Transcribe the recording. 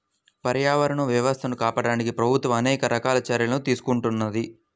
పర్యావరణ వ్యవస్థలను కాపాడడానికి ప్రభుత్వం అనేక రకాల చర్యలను తీసుకుంటున్నది